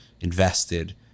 invested